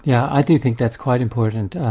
yeah i do think that's quite important.